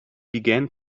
began